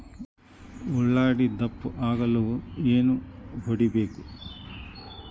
ಉಳ್ಳಾಗಡ್ಡೆ ದಪ್ಪ ಆಗಲು ಏನು ಹೊಡಿಬೇಕು?